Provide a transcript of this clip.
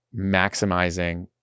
maximizing